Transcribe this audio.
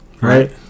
Right